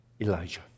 Elijah